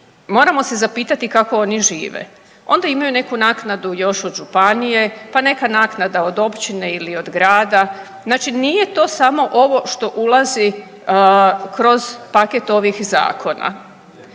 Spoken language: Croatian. moramo se zapitati kako oni žive. Onda imaju neku naknadu još od županije, pa neka naknada od općine ili od grada, znači nije to samo ovo što ulazi kroz paket ovih zakona.